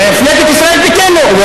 מפלגת ישראל ביתנו ביקשה,